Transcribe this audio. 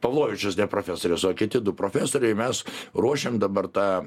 pavlovičius ne profesorius o kiti du profesoriai mes ruošiam dabar tą